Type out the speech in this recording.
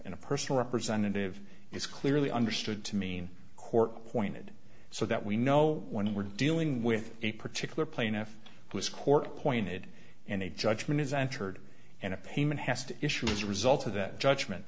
and a personal representative is clearly understood to mean court appointed so that we know when we're dealing with a particular plaintiff who is court appointed and a judgment is entered and a payment has to issue as a result of that judgment